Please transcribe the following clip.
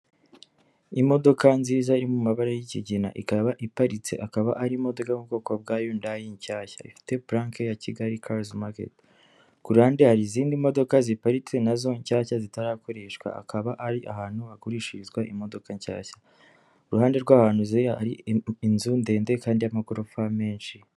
Imodoka nziza iri mu mabara y'ikigina. Ikaba iparitse. Akaba ari imodoka yo mu bwoko bwa Yundayi nshyashya. Ifite Pulanke ya Kigali karize maketi. Ku ruhande hari izindi modoka ziparitse na zo nshyashya zitarakoreshwa. Akaba ari ahantu hagurishirizwa imodoka nshyashya. Ku ruhande rw'ahantu ziri hari inzu ndende kandi y'amagorofa menshi.